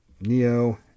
Neo